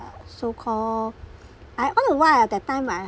so call I all the while ah that time I